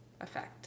effect